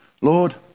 Lord